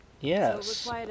Yes